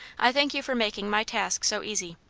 i thank you for making my task so easy.